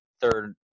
third